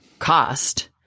cost